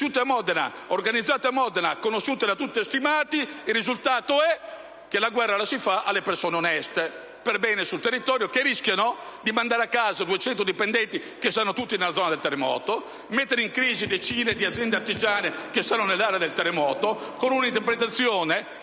organizzate a Modena, conosciute e stimate da tutti, il risultato è che la guerra si fa alle persone oneste e perbene sul territorio, che rischiano di mandare a casa 200 dipendenti, tutti della zona del terremoto, e di mettere in crisi decine di aziende artigiane, anch'esse delle aree colpite dal terremoto, con una interpretazione